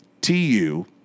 TU